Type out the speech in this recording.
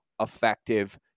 effective